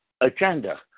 agenda